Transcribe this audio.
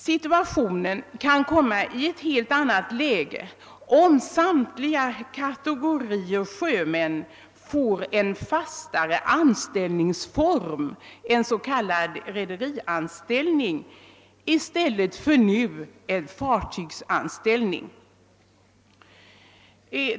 Situationen kan bli en helt annan om samtliga kategorier sjömän får en fastare anställningsform — en s.k. rederianställning i stället för som nu är fallet en fartygsanställning.